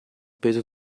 peso